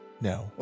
No